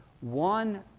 one